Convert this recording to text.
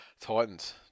Titans